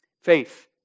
Faith